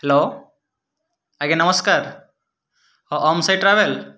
hello ଆଜ୍ଞା ନମସ୍କାର ହ ଓମ୍ ସାଇ ଟ୍ରାଭେଲ୍